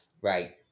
Right